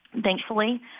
Thankfully